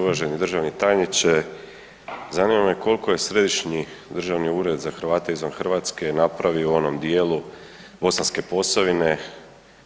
Uvaženi državni tajniče, zanima me koliko je Središnji državni ured za Hrvate izvan Hrvatske napravio u onom djelu Bosanske Posavine,